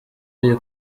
w’iyi